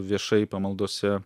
viešai pamaldose